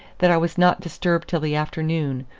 that i was not disturbed till the afternoon,